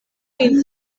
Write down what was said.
lin